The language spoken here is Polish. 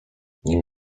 nim